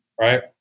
Right